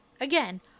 Again